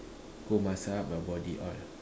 go muscle up your body all